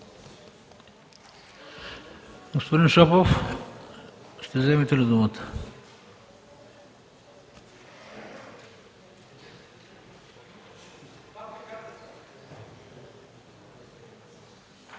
Господин Шопов, ще вземете ли думата?